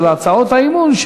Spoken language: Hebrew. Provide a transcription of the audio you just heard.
של הצעות האי-אמון,